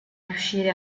riuscire